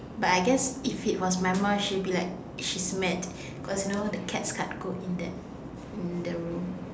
but I guess if it was my mum she'll be like she's made cause you know the cats can't go in that in the room